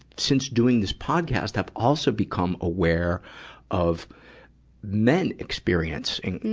since doing this podcast, i've also become aware of men experiencing,